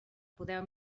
poder